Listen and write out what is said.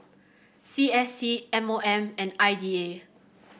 C S C M O M and I D A